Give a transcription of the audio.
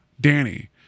danny